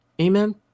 Amen